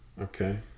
Okay